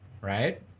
right